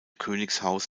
königshaus